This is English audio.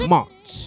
March